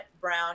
brown